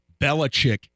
Belichick